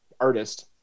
artist